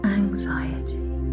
anxiety